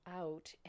out